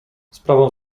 sprawą